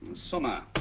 sommer.